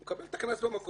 הוא מקבל את הקנס במקום.